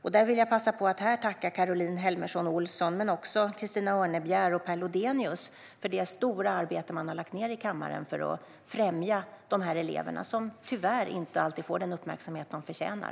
Jag vill här tacka Caroline Helmersson Olsson men också Christina Örnebjär och Per Lodenius för det stora arbete de har lagt ned i kammaren för att främja dessa elever, som tyvärr inte alltid får den uppmärksamhet de förtjänar.